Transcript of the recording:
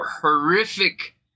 horrific